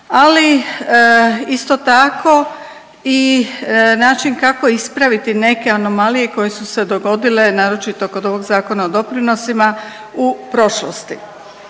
Ali isto tako i način kako ispraviti neke anomalije koje su se dogodile naročito kod ovog Zakona o doprinosima u prošlosti.